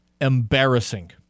embarrassing